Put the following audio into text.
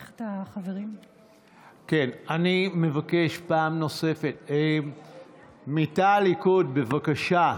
אני מבקש פעם נוספת מתא הליכוד, בבקשה.